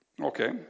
Okay